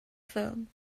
ffilm